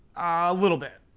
a little bit,